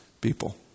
people